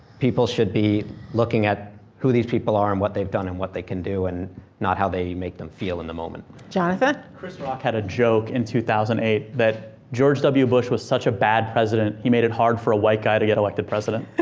people should be looking at who these people are and what they've done and what they can do and not how they make them feel in the moment. jonathan. chris rock had a joke in two thousand and eight that george w. bush was such a bad president, he made it hard for a white guy to get elected president.